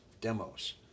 demos